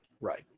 Right